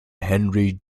henry